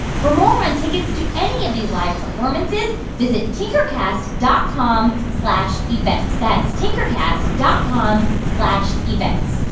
for more on tickets to any of these live performances, visit tinkercast dot com slash events. that's tinkercast dot com slash events.